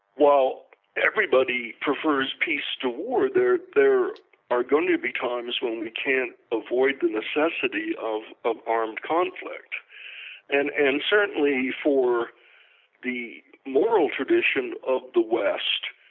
while everybody prefers peace to war, there there are going to be times when we can't avoid the necessity of of armed conflict and and certainly for the moral tradition of the west,